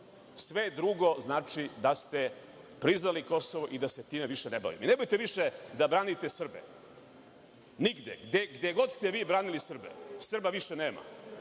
Sve drugo znači da ste priznali Kosovo i da se time više ne bavimo.I nemojte više da branite Srbe, nigde. Gde god ste vi branili Srbe, Srba više nema,